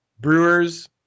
Brewers